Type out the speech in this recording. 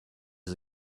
his